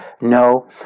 No